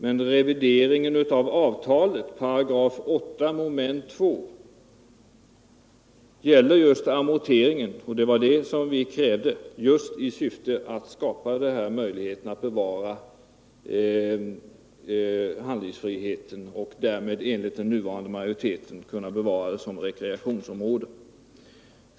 Men revideringen av avtalets 8 § 2 mom. gäller just amorteringen, och det var en sådan revidering vi krävde i syfte att skapa möjligheter att bevara detta område för rekreationsändamål.